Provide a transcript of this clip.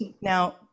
Now